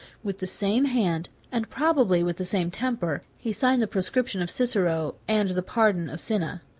with the same hand, and probably with the same temper, he signed the proscription of cicero, and the pardon of cinna.